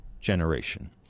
generation